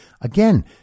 Again